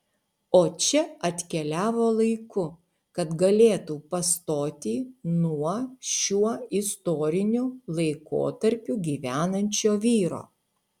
o čia atkeliavo laiku kad galėtų pastoti nuo šiuo istoriniu laikotarpiu gyvenančio vyro